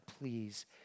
please